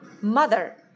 mother